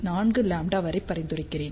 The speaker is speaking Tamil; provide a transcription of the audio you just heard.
4 λ வரை பரிந்துரைக்கிறேன்